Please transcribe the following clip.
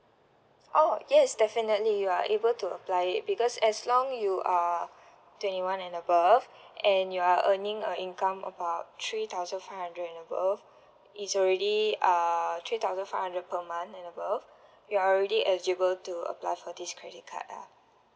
oh yes definitely you are able to apply it because as long you are twenty one and above and you are earning a income about three thousand five hundred and above is already uh three thousand five hundred per month and above you are already eligible to apply for this credit card lah